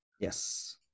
Yes